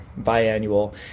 biannual